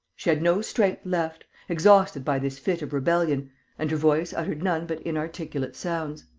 she had no strength left, exhausted by this fit of rebellion and her voice uttered none but inarticulate sounds.